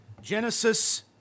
Genesis